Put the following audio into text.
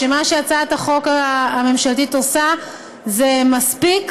שמה שהצעת החוק הממשלתית עושה זה מספיק.